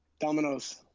Dominoes